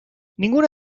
ninguna